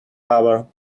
power